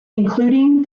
including